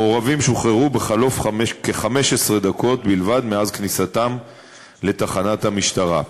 המעורבים שוחררו בחלוף כ-15 דקות בלבד מאז כניסתם לתחנת המשטרה.